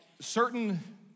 certain